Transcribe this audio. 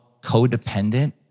codependent